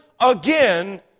again